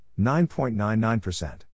9.99%